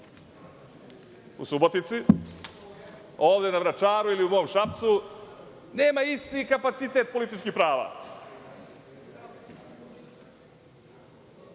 u Subotici, ovde na Vračaru ili u mom Šapcu, nema isti kapacitet političkih